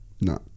no